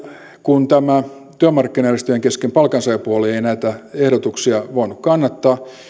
kun palkansaajapuoli ei työmarkkinajärjestöjen kesken näitä ehdotuksia voinut kannattaa